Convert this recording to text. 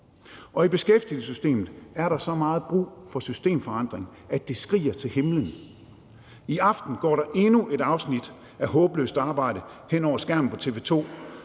og i beskæftigelsessystemet er der så meget brug for systemforandring, at det skriger til himlen. I aften går der endnu et afsnit af »Håbløst arbejde« hen over skærmen på TV